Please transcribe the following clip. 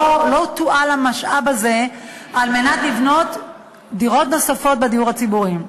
לא תועל המשאב הזה על מנת לבנות דירות נוספות בדיור הציבורי.